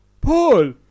Paul